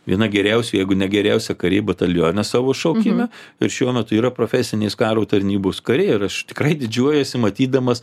viena geriausių jeigu ne geriausia karė batalione savo šaukime ir šiuo metu yra profesinės karo tarnybos karė ir aš tikrai didžiuojuosi matydamas